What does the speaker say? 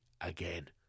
again